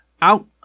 out